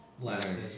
last